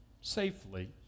safely